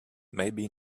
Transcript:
maybe